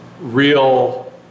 real